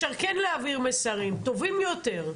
איך אפשר כן להעביר מסרים, טובים יותר.